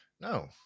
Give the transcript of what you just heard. No